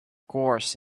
course